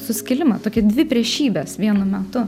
suskilimą tokį dvi priešybes vienu metu